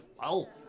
well-